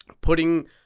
putting